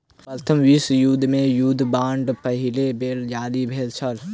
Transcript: प्रथम विश्व युद्ध मे युद्ध बांड पहिल बेर जारी भेल छल